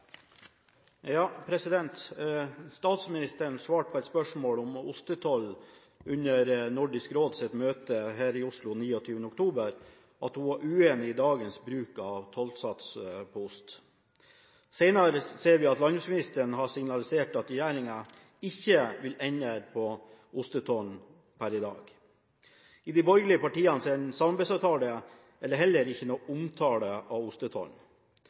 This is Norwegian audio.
svarte på et spørsmål om ostetoll på Nordisk råds møte 29. oktober at hun var uenig i dagens bruk av tollsats på ost. Senere har landbruksministeren signalisert at regjeringen ikke vil endre ostetollen per i dag. I de borgerlige partienes samarbeidsavtale er det ingen omtale av ostetollen. Regjeringen har dermed gitt motstridende signaler når det gjelder opprettholdelsen av